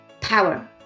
power